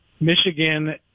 Michigan